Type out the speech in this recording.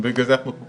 כן, בגלל זה אנחנו פה.